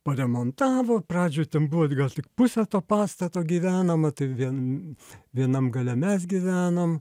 paremontavo pradžioj ten buvo gal tik pusė to pastato gyvenama tai vien vienam gale mes gyvenom